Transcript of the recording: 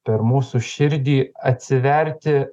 per mūsų širdį atsiverti